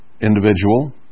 individual